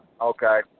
okay